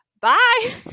bye